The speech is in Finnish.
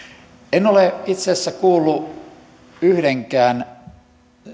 en ole itse asiassa kuullut yhdenkään